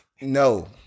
No